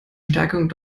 stärkung